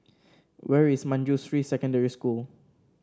where is Manjusri Secondary School